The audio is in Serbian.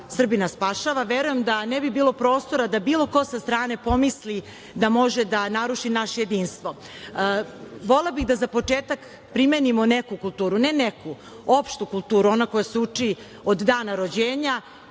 Srbina spašava“, verujem da ne bi bilo prostora da bilo ko sa strane pomisli da može da naruši naše jedinstvo. Volela bih da za početak primenimo neku kulturu, ne neku, opštu kulturu, ona koja se uči od dana rođenja